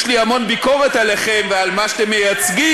יש לי המון ביקורת עליכם ועל מה שאתם מייצגים,